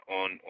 on